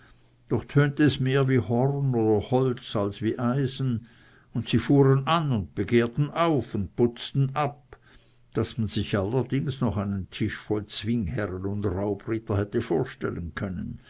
doch tönte es mehr wie horn oder holz als wie eisen und sie fuhren an und begehrten auf und putzten ab daß man sich allerlings noch einen tisch voll zwingherren und raubritter hätte vorstellen können